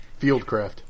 Fieldcraft